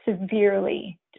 severely